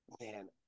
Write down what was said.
man